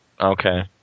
Okay